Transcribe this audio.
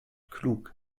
klug